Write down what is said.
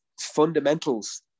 fundamentals